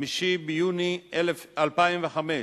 5 ביוני 2005,